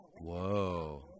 Whoa